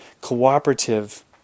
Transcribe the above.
cooperative